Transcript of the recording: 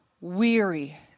weary